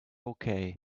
okay